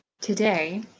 Today